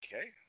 okay